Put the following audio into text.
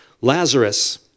Lazarus